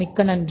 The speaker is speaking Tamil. மிக்க நன்றி